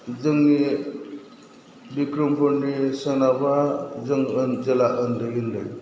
जोंनि बिख्रमफुरनि सोनाबहा जों जेब्ला उन्दै उन्दै